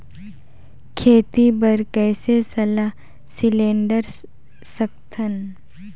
खेती बर कइसे सलाह सिलेंडर सकथन?